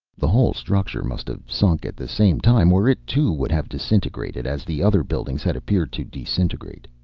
the whole structure must have sunk at the same time, or it, too, would have disintegrated, as the other buildings had appeared to disintegrate.